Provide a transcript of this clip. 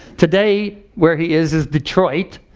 today where he is, is detroit.